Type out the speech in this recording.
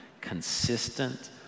consistent